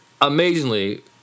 amazingly